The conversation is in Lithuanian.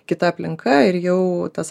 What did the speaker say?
kita aplinka ir jau tas